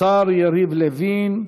השר יריב לוין.